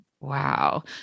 Wow